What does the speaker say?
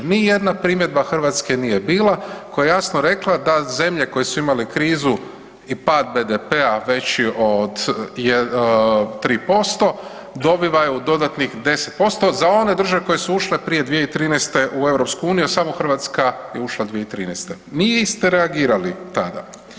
Nijedna primjedba Hrvatska nije bila, koja je jasno rekla da zemlje koje su imale krizu i pad BDP-a veći od 3%, dobivaju dodatnih 10% za one države koje su ušle prije 2013. u EU, samo Hrvatska je ušla 2013., niste reagirali tada.